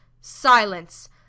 silence